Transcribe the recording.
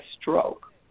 stroke